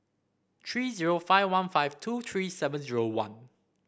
three zero five one five two three seven zero one